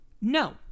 No